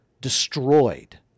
destroyed